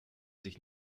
sich